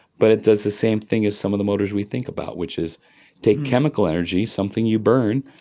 but it does the same thing as some of the motors we think about, which is take chemical energy, something you burn,